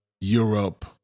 Europe